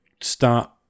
start